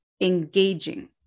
Engaging